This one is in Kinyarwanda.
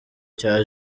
cya